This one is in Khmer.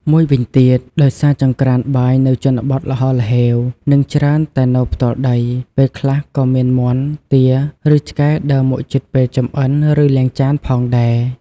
មួយវិញទៀត ដោយសារចង្ក្រានបាយនៅជនបទល្ហល្ហេវ និងច្រើនតែនៅផ្ទាល់ដី ពេលខ្លះក៏មានមាន់ ទា ឬ ឆ្កែដើរមកជិតពេលចម្អិន ឬលាងចានផងដែរ។